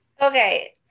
okay